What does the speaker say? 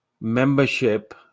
membership